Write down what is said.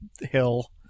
hill